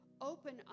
Open